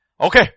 Okay